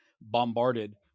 bombarded